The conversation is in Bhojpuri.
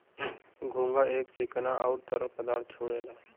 घोंघा एक चिकना आउर तरल पदार्थ छोड़ेला